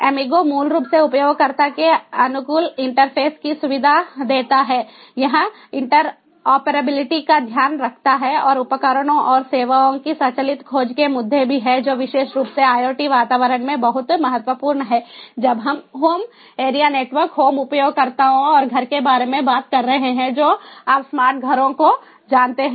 amigo मूल रूप से उपयोगकर्ता के अनुकूल इंटरफेस की सुविधा देता है यह इंटरऑपरेबिलिटी का ध्यान रखता है और उपकरणों और सेवाओं की स्वचालित खोज के मुद्दे भी हैं जो विशेष रूप से IoT वातावरण में बहुत महत्वपूर्ण हैं जब हम होम एरिया नेटवर्क होम उपयोगकर्ताओं और घर के बारे में बात कर रहे हैं जो आप स्मार्ट घरों को जानते हैं